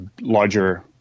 larger